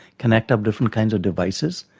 connect up different kinds of devices.